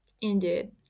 Indeed